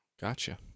Gotcha